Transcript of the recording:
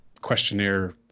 questionnaire